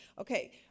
Okay